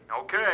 Okay